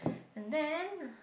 and then